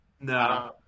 No